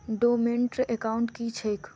Dormant account की छैक?